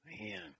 Man